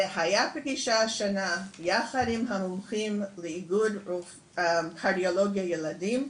והיה פגישה השנה יחד עם המומחים לאיגוד קרדיולוגיה ילדים,